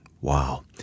Wow